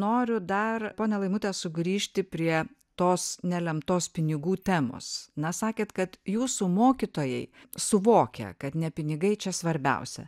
noriu dar ponia laimute sugrįžti prie tos nelemtos pinigų temos na sakėt kad jūsų mokytojai suvokia kad ne pinigai čia svarbiausia